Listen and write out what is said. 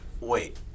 Wait